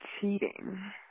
cheating